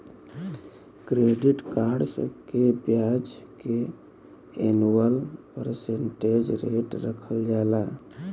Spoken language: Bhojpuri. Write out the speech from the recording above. क्रेडिट कार्ड्स के ब्याज के एनुअल परसेंटेज रेट रखल जाला